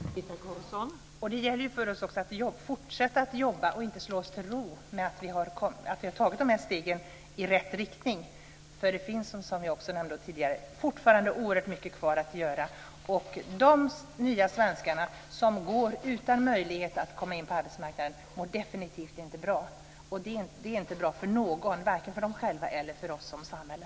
Fru talman! Det gäller också för oss att fortsätta att jobba och inte slå oss till ro med att vi har tagit de här stegen i rätt riktning. Det finns som jag också nämnde tidigare fortfarande oerhört mycket kvar att göra. De nya svenskarna som går utan möjlighet att komma in på arbetsmarknaden mår definitivt inte bra. Det är inte bra för någon, vare sig för dem själva eller för oss som samhälle.